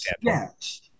Yes